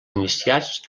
iniciats